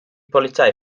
polizei